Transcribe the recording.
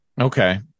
Okay